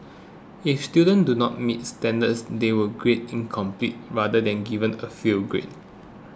if students do not meet standards they were graded incomplete rather than given a fail grade